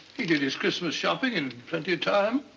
he did his christmas shopping in plenty of time.